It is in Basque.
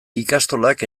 ikastolak